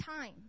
time